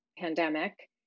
pandemic